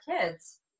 kids